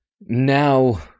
Now